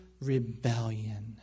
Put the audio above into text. rebellion